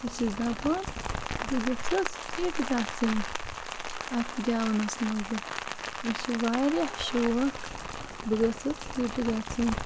بہٕ چھَس دَپان بہٕ گٔژھٕس ہِٹ گَژھٕنۍ اتھ گیٚونَس مَنٛز مےٚ چھ واریاہ شوق بہٕ گٔژھٕس ہِٹ گَژھٕنۍ